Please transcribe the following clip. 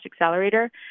accelerator